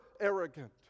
arrogant